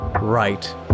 right